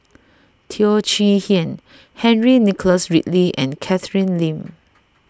Teo Chee Hean Henry Nicholas Ridley and Catherine Lim